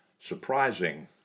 surprising